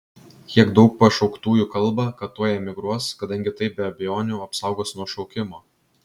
kiek daug pašauktųjų kalba kad tuoj emigruos kadangi tai be abejonių apsaugos nuo šaukimo